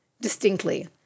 distinctly